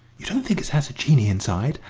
you don't think it has a genie inside,